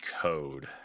code